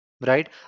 right